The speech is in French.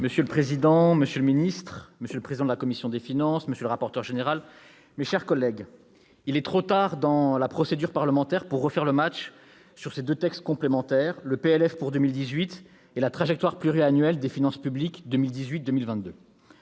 Monsieur le président, monsieur le secrétaire d'État, monsieur le président de la commission des finances, monsieur le rapporteur général, mes chers collègues, il est trop tard dans la procédure parlementaire pour « refaire le match » sur ces deux textes complémentaires : le projet de loi de finances pour 2018 et la trajectoire pluriannuelle des finances publiques 2018-2022.